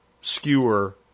skewer